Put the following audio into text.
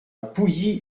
pouilly